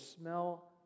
smell